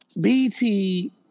BT